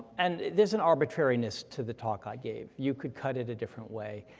and there's an arbitrariness to the talk i gave, you could cut it a different way.